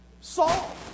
Saul